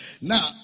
now